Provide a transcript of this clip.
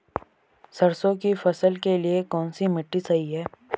सरसों की फसल के लिए कौनसी मिट्टी सही हैं?